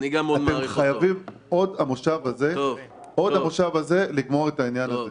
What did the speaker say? אבל אתם חייבים עוד המושב הזה לגמור את העניין הזה.